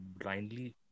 blindly